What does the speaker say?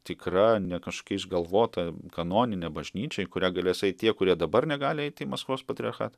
tikra ne kažkokia išgalvota kanoninė bažnyčia į kurią galės eit tie kurie dabar negali eiti į maskvos patriarchatą